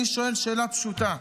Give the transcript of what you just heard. אני שואל שאלה פשוטה: